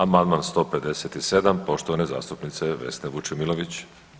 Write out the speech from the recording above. Amandman 157. poštovane zastupnice Vesne Vučemilović.